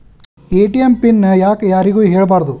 ATM PIN ಯಾಕ್ ಯಾರಿಗೂ ಹೇಳಬಾರದು?